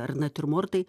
ar natiurmortai